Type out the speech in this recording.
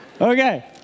Okay